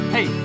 Hey